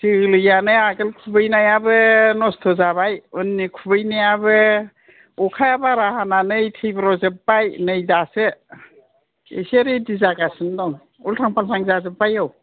जोलैआनो आगोल खुबैनायाबो नस्थ' जाबाय उननि खुबैनायाबो अखाआ बारा हानानै थैब्र जोबबाय नै दासो एसे रिदि जागासिनो दं उल्थां फाल्थां जाजोब्बाय औ